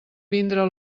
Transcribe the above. vindre